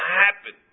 happen